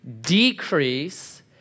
decrease